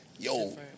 Yo